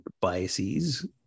biases